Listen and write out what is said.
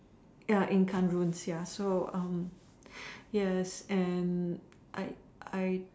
ya Inca Ruins ya so um yes and I I